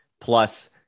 plus